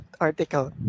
article